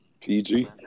PG